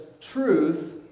truth